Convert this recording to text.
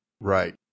Right